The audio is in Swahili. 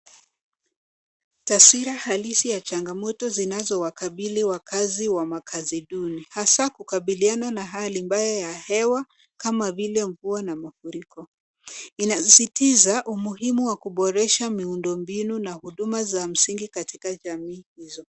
Taswira halisi ya changamoto zinazowakabili wakazi wa makazi duni hasa kukabiliana na hali mbaya ya hewa kama vile mvua na mafuriko. Inasitiza umuhimu wa kuboresha miundombinu na huduma za msingi katika jamii hizo.